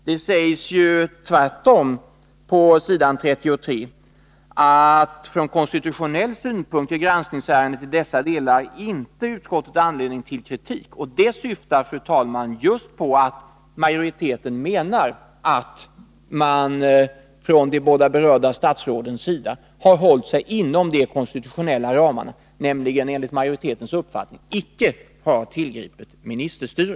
Det sägs tvärtom på s. 33: ”Från konstitutionell synpunkt ger granskningsärendet i dessa delar inte utskottet anledning till kritik.” Detta syftar, fru talman, just på att majoriteten menar att de båda berörda statsråden har hållit sig inom de konstitutionella ramarna och alltså enligt majoritetens uppfattning icke har bedrivit ministerstyre.